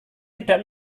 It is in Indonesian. tidak